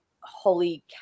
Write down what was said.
holy